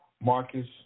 Marcus